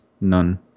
None